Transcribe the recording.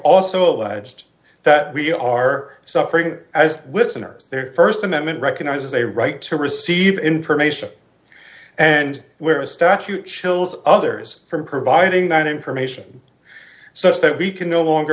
also alleged that we are suffering as listeners their st amendment recognizes a right to receive information and where a statute chills others from providing that information such that we can no longer